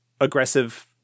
aggressive